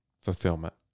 fulfillment